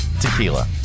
Tequila